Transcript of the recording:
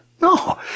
No